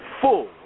full